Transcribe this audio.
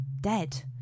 dead